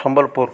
Sambalpur